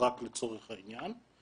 רק לצורך העניין,